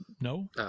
no